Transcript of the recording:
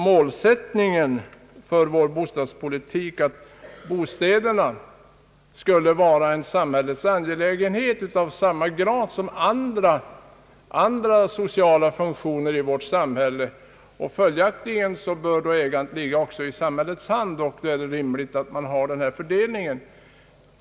Målsättningen för vår bostadspolitik är att bostäderna skall vara en samhällets angelägenhet i samma grad som andra sociala funktioner i vårt samhälle. Ägandet bör följaktligen ligga i samhällets hand, och då är det rimligt att man har den här fördelningen.